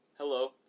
Hello